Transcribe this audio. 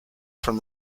from